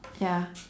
ya